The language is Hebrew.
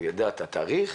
יידע את התאריך